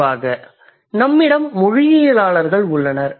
நிறைவாக நம்மிடம் மொழியியலாளர்கள் உள்ளனர்